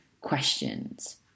questions